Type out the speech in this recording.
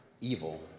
evil